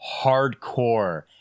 hardcore